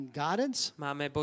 guidance